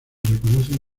reconocen